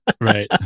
right